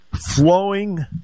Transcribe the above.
flowing